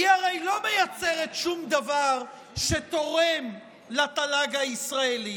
היא הרי לא מייצרת שום דבר שתורם לתל"ג הישראלי,